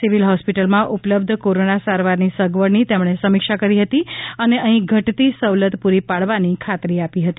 civil હોસ્પિટલમાં ઉપલબ્ધ corona સારવારની સગવડની તેમણે સમિક્ષા કરી હતી અને અહી ઘટતી સવલત પૂરી પાડવાની ખાતરી આપી હતી